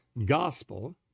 gospel